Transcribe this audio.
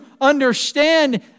understand